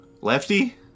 Lefty